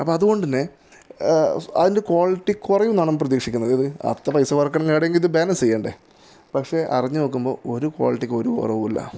അപ്പം അതു കൊണ്ട് തന്നെ അതിൻ്റെ ക്വാളിറ്റി കുറയും എന്നാണ് പ്രതീക്ഷിക്കുന്നത് ഏത് അത്ര പ്രൈസ് കുറക്കണമെങ്കിൽ ഇത് ബാലൻസ് ചെയ്യണ്ടേ പക്ഷേ അറിഞ്ഞ് നോക്കുമ്പോൾ ഒരു ക്വാളിറ്റിക്കും ഒരു കുറവുമില്ല